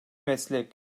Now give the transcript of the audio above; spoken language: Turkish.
meslek